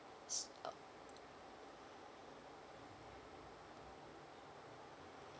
s~ uh